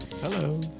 Hello